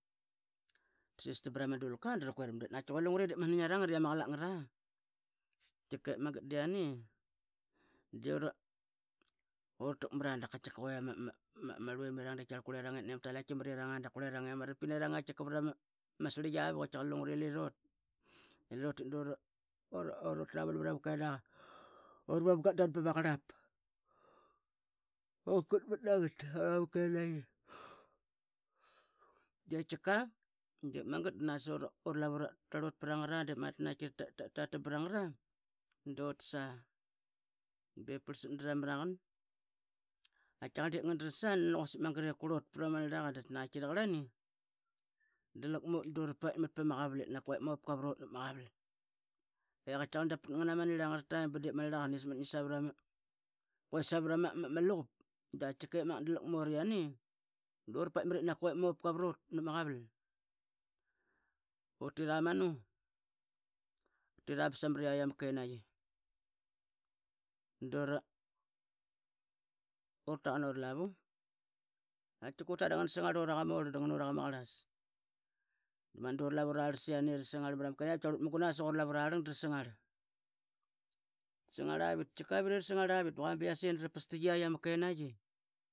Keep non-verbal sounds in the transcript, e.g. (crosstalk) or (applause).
Ta sistam pra ma dulka dra quiram. Dap naqatki que hingra dip masna ngia rangat I iama qlaq ngara tkiqep magat diane du rataqmara dap ma rluimiranga ip nani ama talaitki marirang iama rarapqi nerang iama sirlitk avuq qatkiaqar lungra I lirut. Ilirutit dara (noise) di qatkiqa dep magat da na qasa ura lavu tarlut pra ngra tara tatambra ngra dutas a bip prlasat dra mara qan qatkiaqarl dip, ngan dras a da nani quasik magat I qrlut pra ma nirla qa. Dap taqarlani da laqmut du ra paitmat I mop qa prut nap ma qaval e qatkiaqarl dap pat ngna ma nirlang angra taim ba dip ma nirlaqa qa snis mat ngi savra ma luqup. Da laqmut iane dura paitmat I na quque mopkqa prut utira manu utira ba samriatk ama kenaiqi dura taqun ura lavu tkiqa utira ngana rangarl ura qama orlan donganu ra qama qrlas. Magat dur ra lavu rarlas iane ra sangarl tkiagarl utmugun a sa qu ra lavu ararlang dra sangarl. Tasangarl avit tkiqa avit ira sangarl. Bi viase dra pastit yait ama kenaigi.